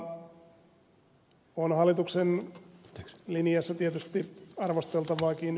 mutta on hallituksen linjassa tietysti arvosteltavaakin